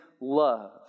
love